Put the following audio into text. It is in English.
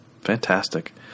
Fantastic